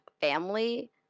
family